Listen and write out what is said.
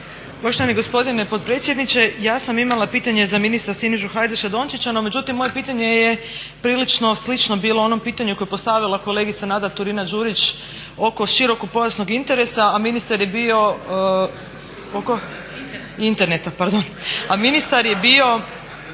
Poštovani gospodine potpredsjedniče ja sam imala pitanje za ministra Sinišu Hajdaša-Dončića no međutim moje pitanje je prilično slično bilo onom pitanju koje je postavila kolegica Nada Turina-Đurić oko širokopojasnog interneta, a ministar je bio